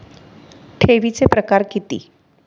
ठेवीचे प्रकार किती?